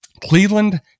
Cleveland